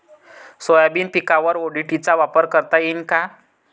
Soybean पिकावर ODT चा वापर करता येईन का?